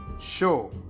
show